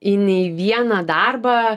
į nei vieną darbą